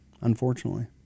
unfortunately